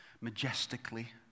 majestically